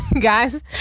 Guys